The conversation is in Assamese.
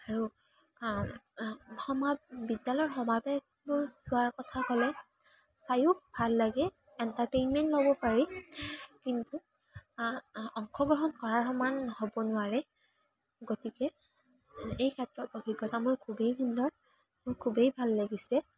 আৰু সমা বিদ্যালয় সমাৱেশবোৰ চোৱাৰ কথা ক'লে চাইও ভাল লাগে এণ্টাৰটেইনমেণ্ট ল'ব পাৰি কিন্তু অংশগ্ৰহণ কৰাৰ সমান হ'ব নোৱাৰে গতিকে এই ক্ষেত্ৰত অভিজ্ঞতা মোৰ খুবেই সুন্দৰ মোৰ খুবেই ভাল লাগিছে